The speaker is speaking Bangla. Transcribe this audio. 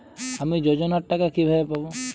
আমি যোজনার টাকা কিভাবে পাবো?